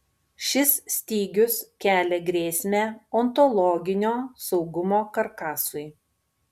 šis stygius kelia grėsmę ontologinio saugumo karkasui